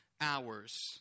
hours